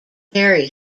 kerry